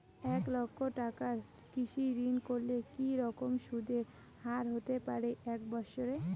এক লক্ষ টাকার কৃষি ঋণ করলে কি রকম সুদের হারহতে পারে এক বৎসরে?